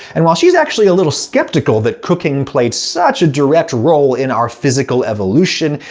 and while she's actually a little skeptical that cooking played such a direct role in our physical evolution,